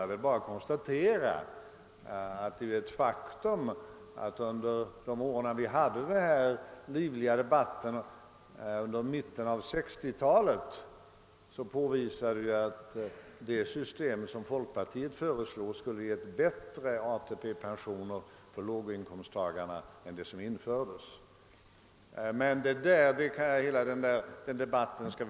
Jag vill bara konstatera att det är ett faktum att vi under de år vi hade de livliga debatterna, d. v. s. under mitten på 1960-talet, påvisade att det system som folkpartiet föreslog skulle ge bättre ATP-pensioner för låginkomsttagarna än det som infördes. Men vi skall väl inte riva upp hela denna debatt i dag.